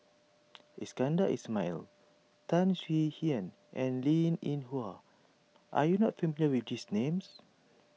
Iskandar Ismail Tan Swie Hian and Linn in Hua are you not familiar with these names